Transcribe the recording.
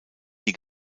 die